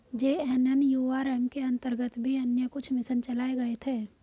JNNURM के अंतर्गत भी अन्य कुछ मिशन चलाए गए थे